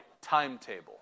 timetable